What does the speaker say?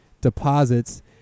deposits